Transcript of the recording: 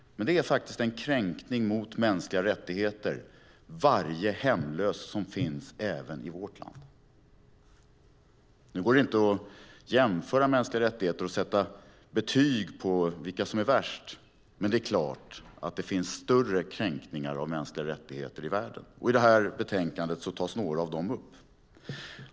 Men varje hemlös som finns även i vårt land innebär faktiskt en kränkning av mänskliga rättigheter. Nu går det inte att jämföra mänskliga rättigheter och sätta betyg på vilka som har det värst. Men det är klart att det finns större kränkningar av mänskliga rättigheter i världen, och i det här betänkandet tas några av dem upp.